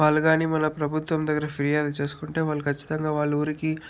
వాళ్ళు కానీ వాళ్ళ ప్రభుత్వం దగ్గర ఫిర్యాదు చేసుకుంటే వాళ్ళు ఖచ్చితంగా వాళ్ళ ఊరికి